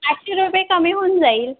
आठशे रुपये कमी होऊन जाईल